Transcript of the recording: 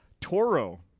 Toro